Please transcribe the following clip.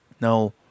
Now